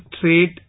trade